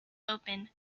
open